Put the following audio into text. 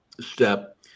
step